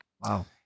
Wow